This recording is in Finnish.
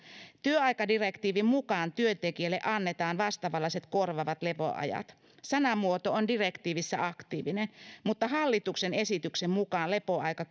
työaikadirektiivin mukaan työntekijälle annetaan vastaavanlaiset korvaavat lepoajat sanamuoto on direktiivissä aktiivinen mutta hallituksen esityksen mukaan lepoaika